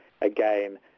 again